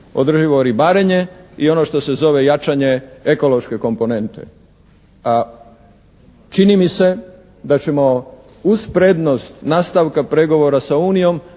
održivo ribarenje i ono što se zove jačanje ekološke komponente a čini mi se da ćemo uz prednost nastavka pregovora sa unijom